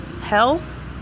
health